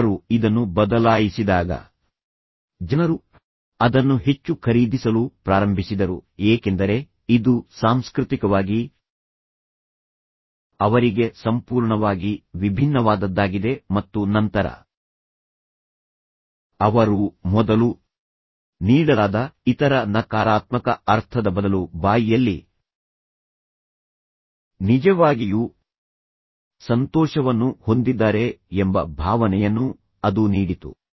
ಅವರು ಇದನ್ನು ಬದಲಾಯಿಸಿದಾಗ ಜನರು ಅದನ್ನು ಹೆಚ್ಚು ಖರೀದಿಸಲು ಪ್ರಾರಂಭಿಸಿದರು ಏಕೆಂದರೆ ಇದು ಸಾಂಸ್ಕೃತಿಕವಾಗಿ ಅವರಿಗೆ ಸಂಪೂರ್ಣವಾಗಿ ವಿಭಿನ್ನವಾದದ್ದಾಗಿದೆ ಮತ್ತು ನಂತರ ಅವರು ಮೊದಲು ನೀಡಲಾದ ಇತರ ನಕಾರಾತ್ಮಕ ಅರ್ಥದ ಬದಲು ಬಾಯಿಯಲ್ಲಿ ನಿಜವಾಗಿಯೂ ಸಂತೋಷವನ್ನು ಹೊಂದಿದ್ದಾರೆ ಎಂಬ ಭಾವನೆಯನ್ನು ಅದು ನೀಡಿತು